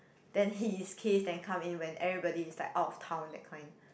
then his case then come in when everybody is like out of town that kind